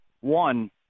One